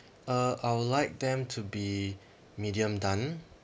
uh I would like them to be medium done